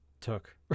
took